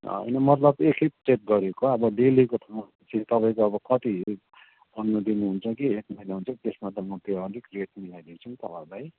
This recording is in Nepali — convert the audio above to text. होइन मतलब एकखेप चेक गरेको अब डेलीको त तपाईँको अब कति एकाउन्टमा दिनुहुन्छ कि एकमा जान्छ त्यसमा त म केही अलिक रेट मिलाइदिन्छु नि तपाईँलाई